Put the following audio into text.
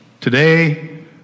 Today